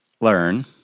learn